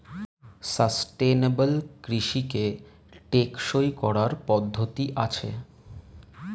sustainable কৃষিকে টেকসই করার পদ্ধতি আছে